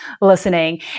listening